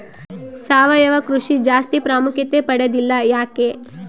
ಸಾವಯವ ಕೃಷಿ ಜಾಸ್ತಿ ಪ್ರಾಮುಖ್ಯತೆ ಪಡೆದಿಲ್ಲ ಯಾಕೆ?